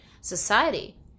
society